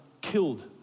killed